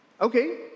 Okay